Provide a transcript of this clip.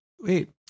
wait